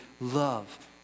love